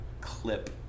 clip